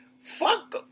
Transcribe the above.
Fuck